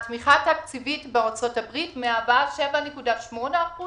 התמיכה התקציבית בארצות הברית מהווה 7.8%